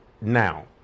now